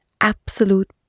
absolute